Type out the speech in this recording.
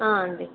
ఆ అండి